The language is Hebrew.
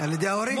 על ידי ההורים.